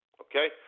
Okay